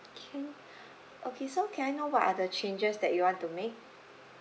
can okay so can I know what are the changes that you want to make